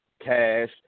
cash